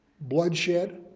bloodshed